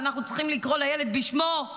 אנחנו צריכים לקרוא לילד בשמו,